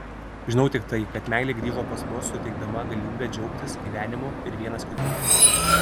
žinau tik tai kad meilė grįžo pas mus suteikdama galimybę džiaugtis gyvenimu ir vienas kitu